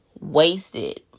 wasted